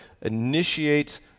initiates